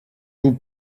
vous